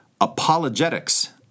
apologetics